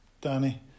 Danny